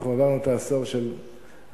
עברנו את העשור הראשון